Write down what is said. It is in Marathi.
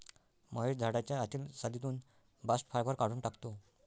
महेश झाडाच्या आतील सालीतून बास्ट फायबर काढून टाकतो